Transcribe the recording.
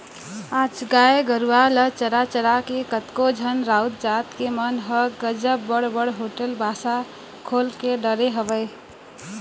आज गाय गरुवा ल चरा चरा के कतको झन राउत जात के मन ह गजब बड़ बड़ होटल बासा खोल डरे हवय